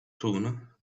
tune